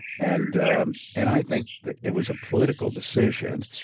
and and i think that it was a political decision.